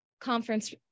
conference